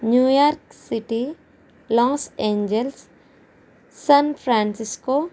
New York City Los Angeles San Francisco